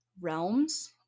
realms